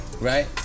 right